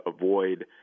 avoid